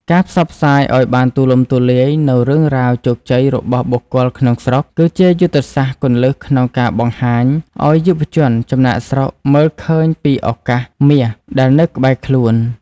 ការផ្សព្វផ្សាយឱ្យបានទូលំទូលាយនូវរឿងរ៉ាវជោគជ័យរបស់បុគ្គលក្នុងស្រុក គឺជាយុទ្ធសាស្ត្រគន្លឹះក្នុងការបង្ហាញឱ្យយុវជនចំណាកស្រុកមើលឃើញពីឱកាសមាសដែលនៅក្បែរខ្លួន។